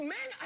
Men